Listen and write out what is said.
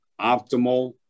optimal